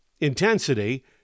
intensity